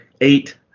eight